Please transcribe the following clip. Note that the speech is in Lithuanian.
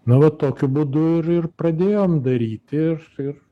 na va tokiu būdu ir ir pradėjom daryti ir ir